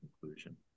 conclusion